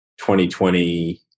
2020